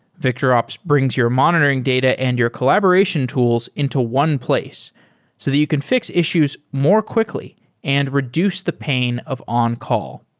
victorops brings your monitoring data and your collaboration tools into one place so that you can fix issues more quickly and reduce the pain of on-call.